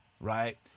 right